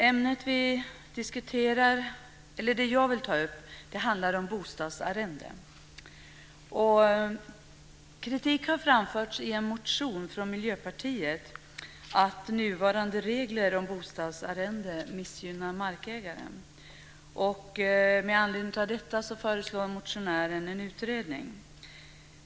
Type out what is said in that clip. Fru talman! Övriga! Det som jag vill ta upp handlar om bostadsarrende. Kritik har framförts i en motion från Miljöpartiet mot att nuvarande regler om bostadsarrende missgynnar markägaren. Med anledning av detta föreslår motionären en utredning.